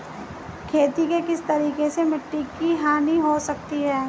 खेती के किस तरीके से मिट्टी की हानि हो सकती है?